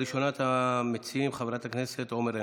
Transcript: ראשונת המציעים, חברת הכנסת עומר ינקלביץ',